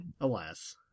alas